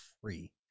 free